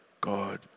God